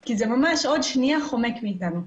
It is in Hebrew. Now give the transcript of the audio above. כי זה ממש עוד שנייה חומק מאתנו.